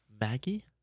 Maggie